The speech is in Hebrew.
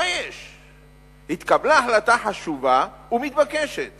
התקבלה החלטה חשובה המבקשת